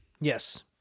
Yes